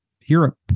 europe